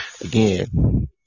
again